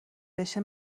بشه